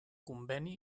conveni